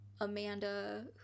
Amanda